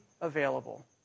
available